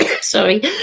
Sorry